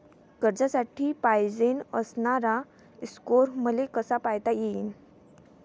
कर्जासाठी पायजेन असणारा स्कोर मले कसा पायता येईन?